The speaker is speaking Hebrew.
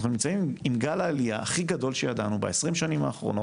אנחנו נמצאים עם גל העלייה הכי גדול שידענו ב-20 שנים האחרונות,